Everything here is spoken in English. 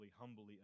humbly